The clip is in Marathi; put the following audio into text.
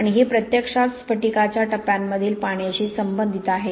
आणि हे प्रत्यक्षात स्फटिकाच्या टप्प्यांमधील पाण्याशी संबंधित आहे